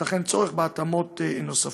ייתכן צורך בהתאמות נוספות.